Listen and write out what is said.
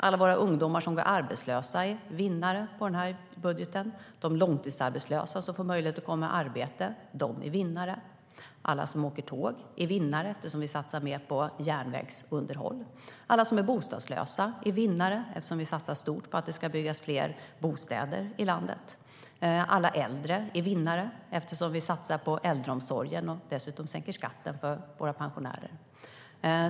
Alla våra ungdomar som går arbetslösa är vinnare på denna budget. De långtidsarbetslösa som får möjlighet att komma i arbete är vinnare. Alla som åker tåg är vinnare eftersom vi satsar mer på järnvägsunderhåll. Alla som är bostadslösa är vinnare eftersom vi satsar stort på att det ska byggas fler bostäder i landet. Alla äldre är vinnare eftersom vi satsar på äldreomsorgen och dessutom sänker skatten för våra pensionärer.